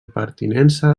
pertinença